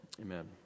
Amen